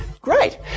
great